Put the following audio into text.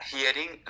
Hearing